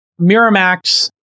Miramax